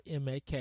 MAK